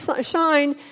shine